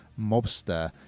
mobster